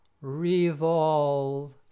revolve